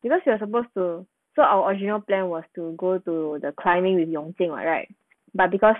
because we are supposed to so our original plan was to go to the climbing with yong jing [what] right but because